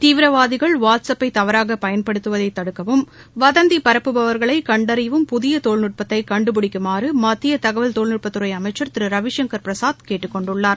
தீவிரவாதிகள் WhatsApp ஐ தவறாக பயன்படுத்துவதை தடுக்கவும் வதந்தி பரப்புபவர்களை கண்டறியவும் புதிய தொழில்நுட்பத்தை கண்டுபிடிக்குமாறு மத்தி தகவல் தொழில்நுட்பத்துறை அமைக்சா் திரு ரவிசங்கர் பிரசாத் கேட்டுக் கொண்டுள்ளார்